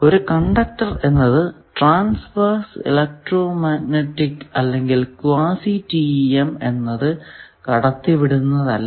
ഒരു കണ്ടക്ടർ എന്നത് transverse electromagnetic അല്ലെങ്കിൽ ക്വാസി TEM കടത്തിവിടുന്നതല്ല